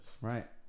right